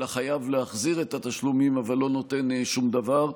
החייב להחזיר את התשלומים אבל לא נותן שום דבר.